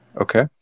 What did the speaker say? Okay